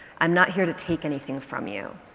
i'm not here to take anything from you.